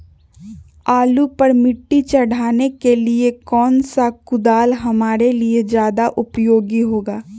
आलू पर मिट्टी चढ़ाने के लिए कौन सा कुदाल हमारे लिए ज्यादा उपयोगी होगा?